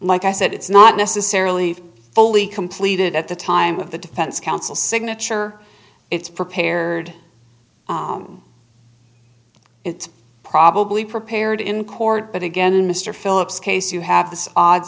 like i said it's not necessarily fully completed at the time of the defense counsel signature it's prepared it's probably prepared in court but again in mr phillips case you have this odd